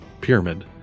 pyramid